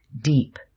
deep